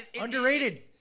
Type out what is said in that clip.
Underrated